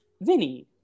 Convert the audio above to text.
Vinny